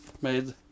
made